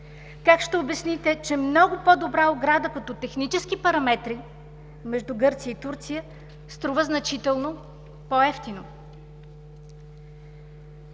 Как ще обясните, че много по-добра ограда – като технически параметри, между Гърция и Турция струва значително по-евтино?